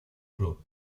club